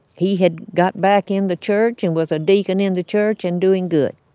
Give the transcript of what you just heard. he had got back in the church and was a deacon in the church and doing good.